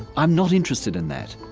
i am not interested in that,